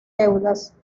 deudas